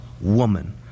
woman